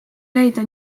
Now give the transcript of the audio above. leida